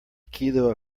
kilo